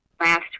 Last